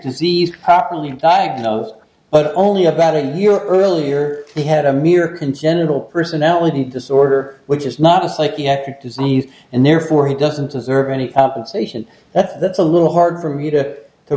disease properly diagnosed but only about a year earlier he had a mere genital personality disorder which is not a psychiatric disease and therefore he doesn't deserve any compensation that that's a little hard for me to to